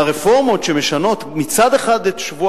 והרפורמות שמשנות מצד אחד את שבוע